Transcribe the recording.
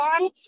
on